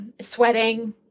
sweating